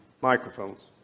microphones